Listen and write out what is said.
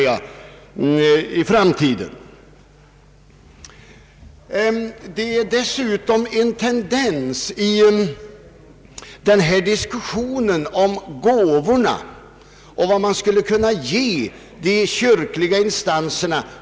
Jag vill dessutom fästa uppmärksamheten på en tendens som finns i diskussionen om gåvor och annat som man skulle kunna ge de kyrkliga instanserna.